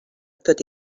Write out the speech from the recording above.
tot